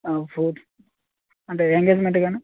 photo అంటే engagement కానీ